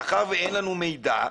מאחר שאין לנו מידע,